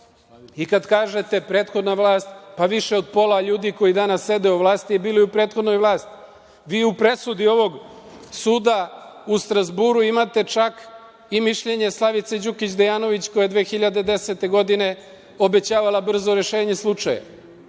kažete prethodna vlast, pa više od polja ljudi koji danas sede u vlasti bilo je i u prethodnoj vlasti. Vi u presudi ovog Suda u Strazburu imate čak i mišljenje Slavice Đukić Dejanović koja je 2010. godine obećavala brzo rešenje slučaja.